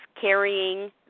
carrying